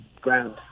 ground